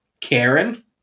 Karen